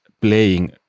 playing